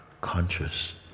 conscious